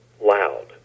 loud